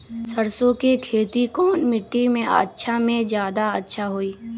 सरसो के खेती कौन मिट्टी मे अच्छा मे जादा अच्छा होइ?